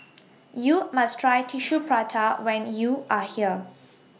YOU must Try Tissue Prata when YOU Are here